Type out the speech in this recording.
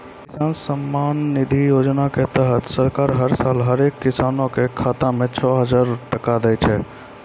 किसान सम्मान निधि योजना के तहत सरकार हर साल हरेक किसान कॅ खाता मॅ छो हजार टका दै छै